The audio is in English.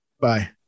Bye